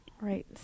Right